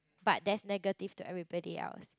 but that's negative to everybody else